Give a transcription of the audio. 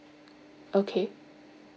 okay